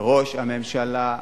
ראש הממשלה,